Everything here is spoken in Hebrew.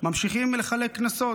ממשיכים לחלק קנסות.